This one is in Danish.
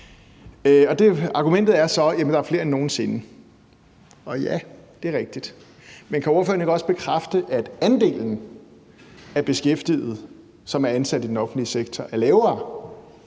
Argumentet er så, at der er flere end nogen sinde. Og ja, det er rigtigt. Men kan ordføreren ikke også bekræfte, at andelen af beskæftigede, som er ansat i den offentlige sektor, er lavere